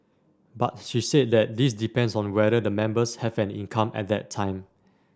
but she said that this depends on whether the members have an income at that time